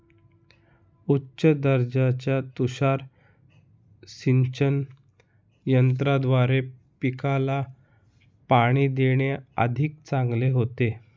उच्च दर्जाच्या तुषार सिंचन यंत्राद्वारे पिकाला पाणी देणे अधिक चांगले होते